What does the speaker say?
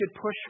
push